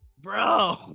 Bro